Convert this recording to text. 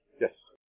Yes